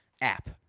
app